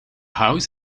house